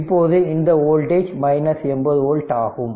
இப்போது இந்த voltage 80 volt ஆகும்